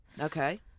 Okay